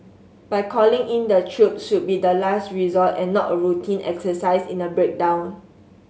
but calling in the troops should be the last resort and not a routine exercise in a breakdown